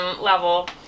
level